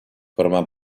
forma